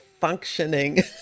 functioning